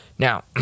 Now